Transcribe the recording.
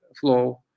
flow